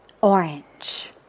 orange